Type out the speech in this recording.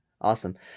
Awesome